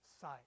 sight